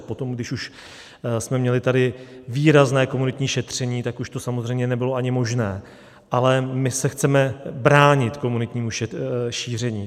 Potom, když už jsme měli tady výrazné komunitní šíření, tak už to samozřejmě nebylo ani možné, ale my se chceme bránit komunitnímu šíření.